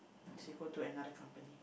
she go to another company